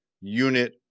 unit